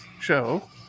show